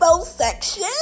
section